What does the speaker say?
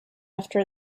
after